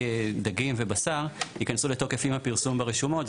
דגים ובשר ייכנסו לתוקף עם הפרסום ברשומות.